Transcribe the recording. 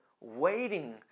waiting